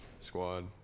squad